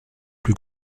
plus